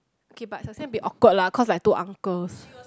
okay but the same be awkward lah cause like two uncles